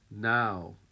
Now